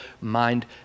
mind